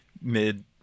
mid